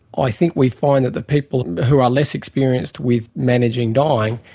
i think we find that the people who are less experienced with managing dying,